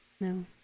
No